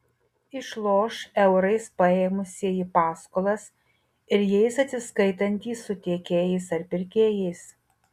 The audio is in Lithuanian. išloš eurais paėmusieji paskolas ir jais atsiskaitantys su tiekėjais ar pirkėjais